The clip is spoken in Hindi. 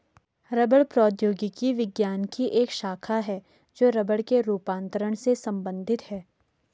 रबड़ प्रौद्योगिकी विज्ञान की एक शाखा है जो रबड़ के रूपांतरण से संबंधित है